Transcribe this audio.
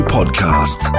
Podcast